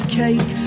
cake